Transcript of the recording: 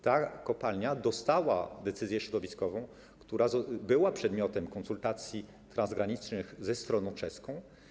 Ta kopalnia uzyskała decyzję środowiskową, która była przedmiotem konsultacji transgranicznych ze stroną czeską.